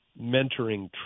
mentoring